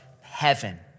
heaven